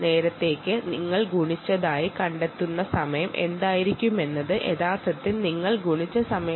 അതിനായി നിങ്ങൾ നേരത്തെ കിട്ടിയ സമയവുമായി ഗുണിച്ചാൽ മതി